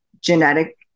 genetic